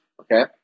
okay